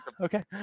Okay